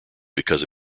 because